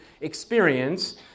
experience